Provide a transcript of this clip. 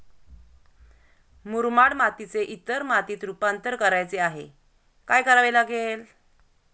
मुरमाड मातीचे इतर मातीत रुपांतर करायचे आहे, काय करावे लागेल?